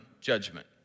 Judgment